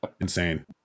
Insane